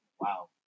Wow